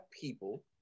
people